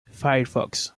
firefox